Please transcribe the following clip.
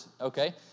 okay